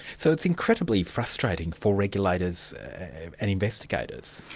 so it's incredibly frustrating for regulators and investigators.